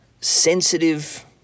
sensitive